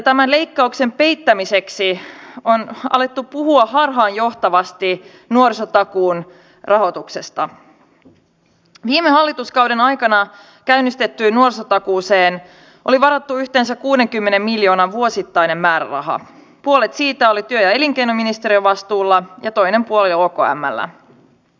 eihän ole vielä mikään laki voimassa elikkä suomessa on edelleen mahdollisuus sopia työmarkkinajärjestöjen kesken ja niin kuin tuolla omassa puheenvuorossani sanoin olen huolissani että kummallakaan puolella pöytää ei tällä hetkellä ymmärretä että sopimus pitää saada aikaiseksi